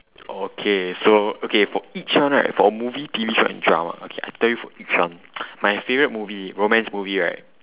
okay so okay for each one right for movie T_V show and drama okay I tell you for each one my favorite movie romance movie right